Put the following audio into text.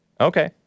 Okay